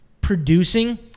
producing